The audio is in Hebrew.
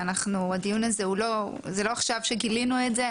לא עכשיו גילינו את זה,